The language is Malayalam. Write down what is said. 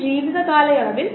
വിശദാംശങ്ങളിലേക്ക് കടക്കരുത്